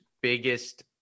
biggest